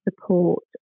support